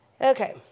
Okay